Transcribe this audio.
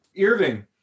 irving